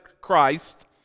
Christ